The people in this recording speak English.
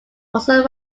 also